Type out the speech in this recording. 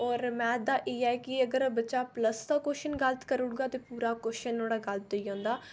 और मैथ दा इ'यै है कि अगर बच्चा प्लस दा क्वश्चन गल्त करगा ते पूरा क्वश्चन नुआढ़ा गल्त होई जाना